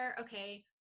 okay